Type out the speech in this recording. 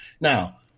Now